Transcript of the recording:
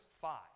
five